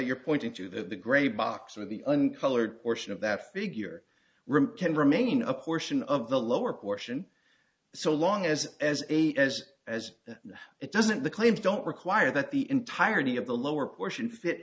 you're pointing to that the gray box or the uncolored portion of that figure room can remain a portion of the lower portion so long as as a as as it doesn't the claims don't require that the entirety of the lower portion fit